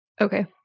Okay